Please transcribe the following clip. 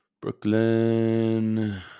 Brooklyn